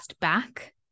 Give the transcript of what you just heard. back